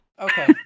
Okay